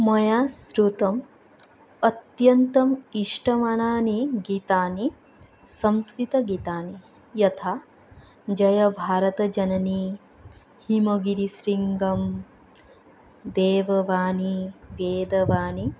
मया श्रुतम् अत्यन्तम् इष्टतमानि गीतानि संस्कृतगीतानि यथा जय भारतजननी हिमगिरिशृङ्गं देववानी बेदवाणी